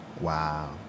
Wow